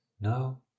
No